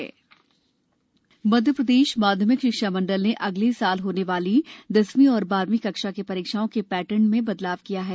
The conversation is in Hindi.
परीक्षा मध्य प्रदेश माध्यमिक शिक्षा मंडल ने अगले साल होने वाली दसवीं और बारहवीं कक्षा की परीक्षाओं के पैटर्न में बदलाव किया है